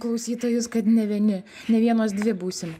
klausytojus kad nevieni ne vienos dvi būsim